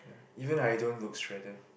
even I don't look straddled